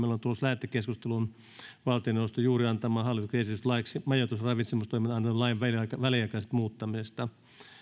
tulossa lähetekeskusteluun valtioneuvoston juuri antama hallituksen esitys laiksi majoitus ja ravitsemistoiminnasta annetun lain väliaikaisesta muuttamisesta